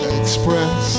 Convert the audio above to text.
express